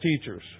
teachers